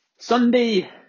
Sunday